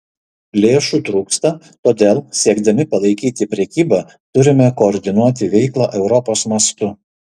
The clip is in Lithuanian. lėšų trūksta todėl siekdami palaikyti prekybą turime koordinuoti veiklą europos mastu